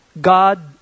God